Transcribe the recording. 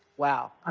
wow.